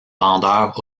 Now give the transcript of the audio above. vendeur